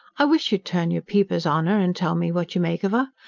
i wish you'd turn your peepers on er and tell me what you make of er.